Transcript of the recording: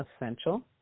essential